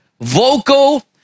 vocal